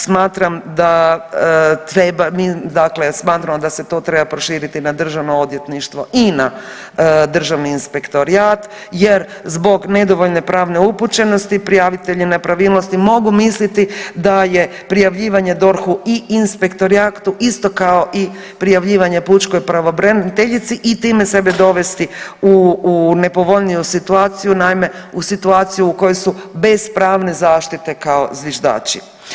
Smatram da treba, dakle smatramo da se to treba proširiti na Državno odvjetništvo i na Državni inspektorat, jer zbog nedovoljne pravne upućenosti prijavitelji nepravilnosti mogu misliti da je prijavljivanje DORH-u i inspektoratu isto kao i prijavljivanje pučkoj pravobraniteljici i time sebe dovesti u nepovoljniju situaciju, naime u situaciju u kojoj su bez pravne zaštite kao zviždači.